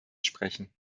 sprechen